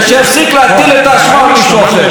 ושיפסיק להטיל את האשמה על מישהו אחר.